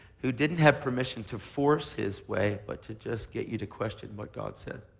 who didn't' have permission to force his way, but to just get you to question what god said.